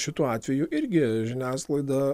šituo atveju irgi žiniasklaida